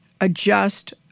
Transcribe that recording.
adjust